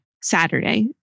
Saturday